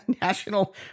National